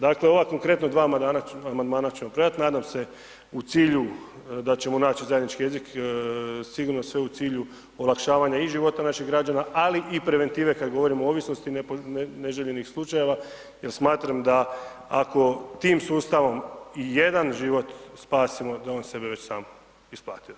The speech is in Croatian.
Dakle, ova konkretno 2 amandmana ćemo predati, nadam se u cilju da ćemo naći zajednički jezik, sigurno sve u cilju olakšavanja i života naših građana, ali i preventive kada govorimo o ovisnosti neželjenih slučajeva, jer smatram da ako tim sustavom i jedan život spasimo, da on sebe već sam isplatio.